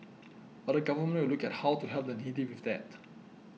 but the Government will look at how to help the needy with that